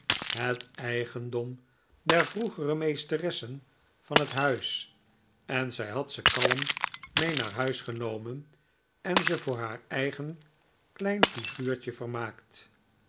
het eigendom der vroegere meesteressen van het huis en zij had ze kalm mee naar huis genomen en ze voor haar eigen klein flguurtje vermaakt